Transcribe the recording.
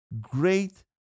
great